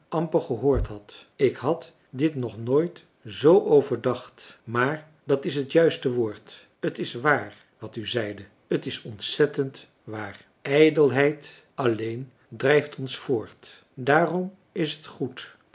amper gehoord had ik had dit nog nooit zoo overdacht maar dat is het juiste woord t is waar wat u zeide t is ontzettend waar ijdelheid alleen drijft ons voort daarom is het goed